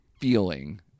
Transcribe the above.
feeling